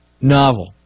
novel